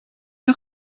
nog